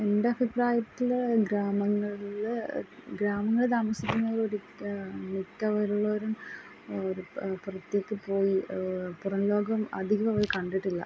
എന്റെ അഭിപ്രായത്തിൽ ഗ്രാമങ്ങളിൽ ഗ്രാമങ്ങൾ താമസിക്കുന്ന വീട് മിക്കവരുള്ളോരും പുറത്തേക്ക് പോയി പുറം ലോകം അധികവർ കണ്ടിട്ടില്ല